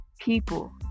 People